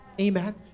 Amen